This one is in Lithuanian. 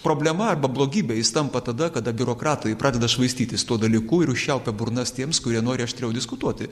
problema arba blogybe jis tampa tada kada biurokratai pradeda švaistytis tuo dalyku ir užčiaupia burnas tiems kurie nori aštriau diskutuoti